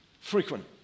frequent